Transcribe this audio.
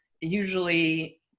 usually